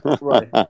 Right